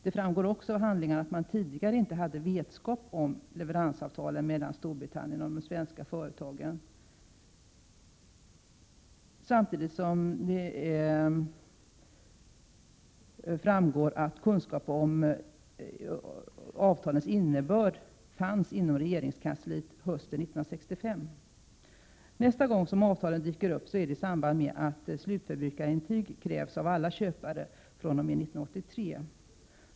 Det framgår också av handlingarna att man tidigare inte hade vetskap om leveransavtalen mellan Storbritannien och de svenska företagen. Samtidigt framgår det att kunskap om avtalens innebörd fanns inom regeringskansliet hösten 1965. Nästa gång avtalen dyker upp är i samband med att slutförbrukarintyg krävs av alla köpare fr.o.m. 1983.